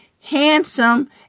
handsome